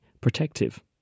protective